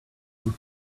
with